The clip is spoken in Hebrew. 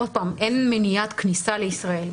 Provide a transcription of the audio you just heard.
עוד פעם, אין מניעת כניסה לישראל.